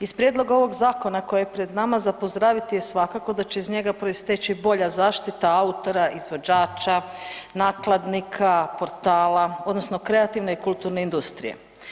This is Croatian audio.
Iz prijedloga ovog zakona koji je pred nama za pozdraviti je svakako da će iz njega proisteći bolja zaštita autora, izvođača, nakladnika, portala, odnosno kreativne i kulturne industrije.